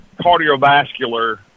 cardiovascular